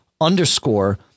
underscore